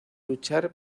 luchar